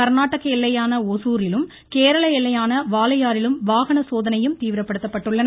கர்நாடக எல்லையான ஒசூரிலும் கேரள எல்லையான வாலையாறிலும் வாகன சோதனையும் தீவிரப்படுத்தப்பட்டுள்ளன